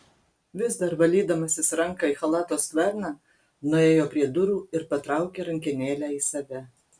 vis dar valydamasis ranką į chalato skverną nuėjo prie durų ir patraukė rankenėlę į save